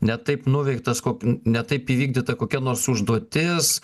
ne taip nuveiktas kog n ne taip įvykdyta kokia nors užduotis